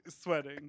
sweating